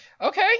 Okay